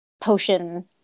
potion